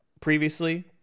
previously